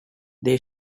they